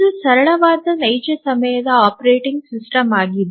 ಇದು ಸರಳವಾದ ನೈಜ ಸಮಯದ ಆಪರೇಟಿಂಗ್ ಸಿಸ್ಟಮ್ ಆಗಿದೆ